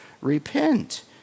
repent